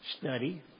study